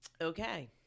Okay